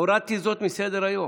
הורדתי זאת מסדר-היום.